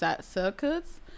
circuits